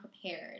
prepared